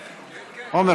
ערר,